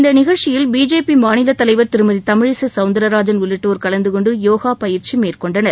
இந்த நிகழ்ச்சியில் பிஜேபி மாநிலத் தலைவர் திருமதி தமிழிசை சவுந்திரராஜன் உள்ளிட்டோர் கலந்து கொண்டு யோகா பயிற்சி மேற்கொண்டனர்